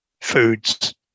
foods